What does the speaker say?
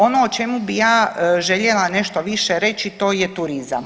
Ono o čemu bi ja željela nešto više reći to je turizam.